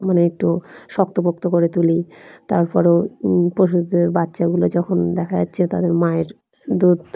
মানে একটু শক্ত পোক্ত করে তুলি তারপরও পশুদের বাচ্চাগুলো যখন দেখা যাচ্ছে তাদের মায়ের দুধ